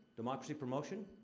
democracy promotion?